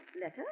Letter